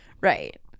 Right